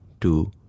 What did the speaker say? two